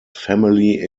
family